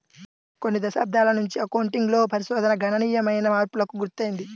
కొన్ని దశాబ్దాల నుంచి అకౌంటింగ్ లో పరిశోధన గణనీయమైన మార్పులకు గురైంది